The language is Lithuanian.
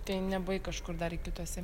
tai nebuvai kažkur dar i kituose